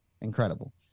incredible